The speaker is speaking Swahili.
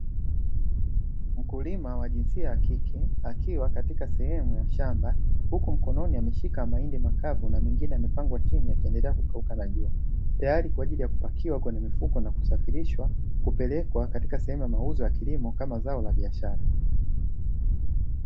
Mkulima wa jinsia ya kike akiwa katika sehemu ya shamba, huku mkononi ameshika mahindi makavu na mengine yamepangwa chini yakiendelea kukauka na jua, tayari kwa ajili ya kupakiwa kwenye mifuko na kusafirishwa kupelekwa katika sehemu ya mauzo ya kilimo kama zao la biashara.